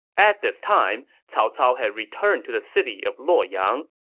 at this time, cao cao had returned to the city of luoyang.